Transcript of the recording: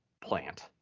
plant